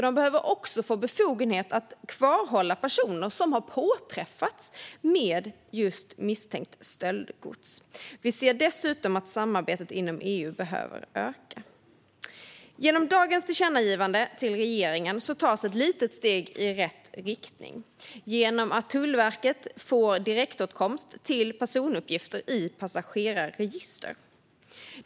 Man behöver också få befogenhet att kvarhålla personer som har påträffats med misstänkt stöldgods. Vi ser dessutom att samarbetet inom EU behöver öka. Genom dagens tillkännagivande till regeringen tas ett litet steg i rätt riktning genom att Tullverket får direktåtkomst till personuppgifter i passagerarregister.